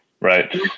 right